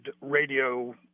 radio